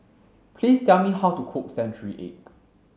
please tell me how to cook century egg